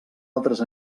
altres